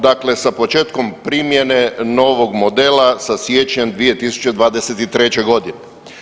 Dakle, sa početkom primjene novog modela sa siječnjem 2023. godine.